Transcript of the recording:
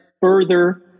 further